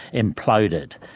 imploded.